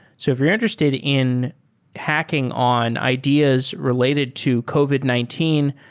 so if you're interested in hacking on ideas related to covid nineteen,